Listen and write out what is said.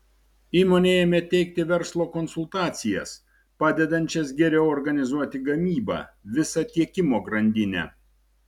įmonė ėmė teikti verslo konsultacijas padedančias geriau organizuoti gamybą visą tiekimo grandinę